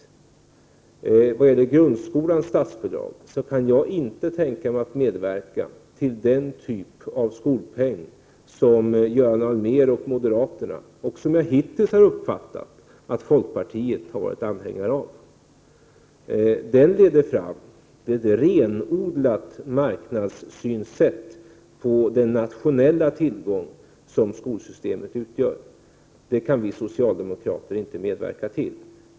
Vad gäller grundskolans statsbidrag kan jag inte tänka mig att medverka till den typ av skolpeng som Göran Allmér och moderaterna och enligt vad jag hittills har uppfattat även folkpartiet varit anhängare av. Den leder fram till en renodlad marknadssyn på den nationella tillgång som skolsystemet utgör. Det kan vi socialdemokrater inte medverka till.